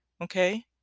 okay